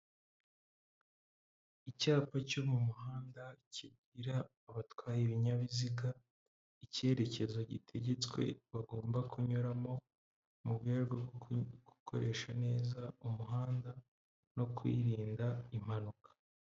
Icyapa cyo mu muhanda kigira abatwaye ibinyabiziga icyerekezo gitegetswe bagomba kunyuramo mu rwego rwo gukoresha umuhanda neza m'urwego rwo kwirinda impanuka.